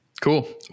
Cool